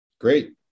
Great